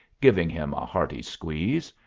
giving him a hearty squeeze.